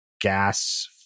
gas